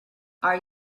are